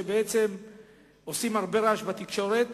שבעצם עושים הרבה רעש בתקשורת